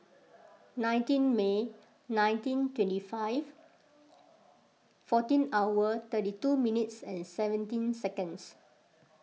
nineteen May nineteen twenty five fourteen hour thirty two minutes and seventeen seconds